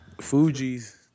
Fuji's